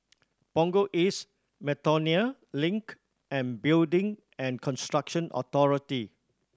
Punggol East Miltonia Link and Building and Construction Authority